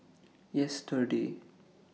yesterday